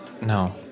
no